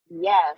Yes